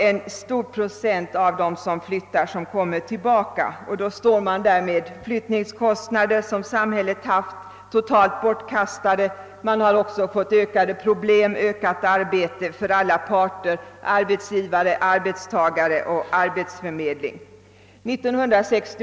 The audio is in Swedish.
En stor procent av dem som flyttar kommer dock tillbaka, och då har samhället haft flyttningskostnader som varit helt bortkastade. Likaså har samhället fått ökade problem för att skaffa arbete åt alla som vill ha det.